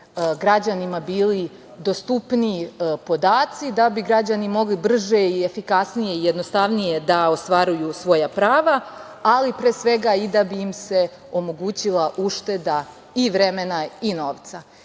građanima bili dostupniji podaci, da bi građani mogli brže i efikasnije i jednostavnije da ostvaruju svoja prava, ali pre svega i da bi im se omogućila ušteda i vremena i novca. Kada